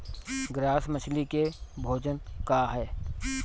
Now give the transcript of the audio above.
Grass मछली के भोजन का ह?